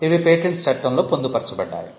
ఇవి పేటెంట్స్ చట్టంలో పొందుపరచబడ్డాయి